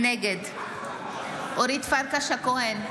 נגד אורית פרקש הכהן,